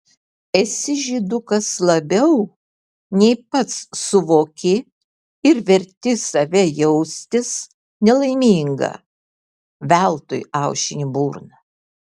esi žydukas labiau nei pats suvoki ir verti save jaustis nelaimingą veltui aušini burną